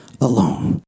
alone